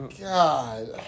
God